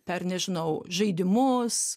per nežinau žaidimus